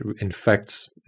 infects